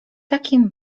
takim